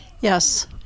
Yes